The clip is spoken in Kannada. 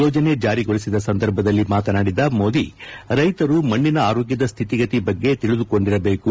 ಯೋಜನೆ ಜಾರಿಗೊಳಿಸಿದ ಸಂದರ್ಭದಲ್ಲಿ ಮಾತನಾಡಿದ ಮೋದಿ ರೈತರು ಮಣ್ಣಿನ ಆರೋಗ್ಯದ ಸ್ಥಿತಿಗತಿ ಬಗ್ಗೆ ತಿಳಿದುಕೊಂಡಿರಬೇಕು